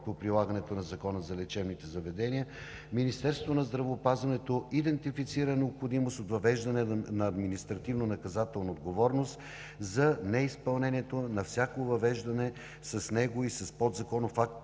по прилагането на Закона за лечебните заведения, Министерството на здравеопазването идентифицира необходимост от въвеждане на административнонаказателна отговорност за неизпълнението на всяко въвеждане с него и с подзаконов акт